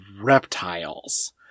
reptiles